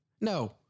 no